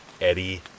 Eddie